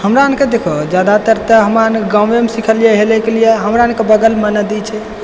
हमरानके देखऽ जादातर त हमरानके गाँवेमे सिखलियै हेलयके लिए हमरानके बगलमे नदी छै